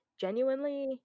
genuinely